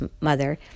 mother